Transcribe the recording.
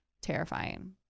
terrifying